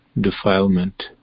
defilement